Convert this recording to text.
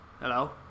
Hello